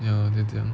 ya then 这样